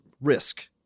risk